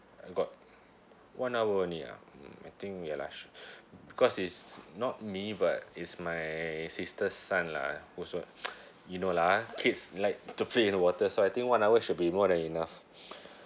uh got one hour only ah mmhmm I think ya lah should because it's not me but it's my sister's son lah also you know lah ah kids like to play in the water so I think one hour should be more than enough